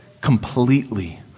completely